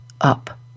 up